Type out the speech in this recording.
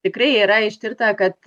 tikrai yra ištirta kad